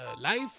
life